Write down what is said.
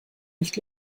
nicht